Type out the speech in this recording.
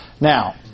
Now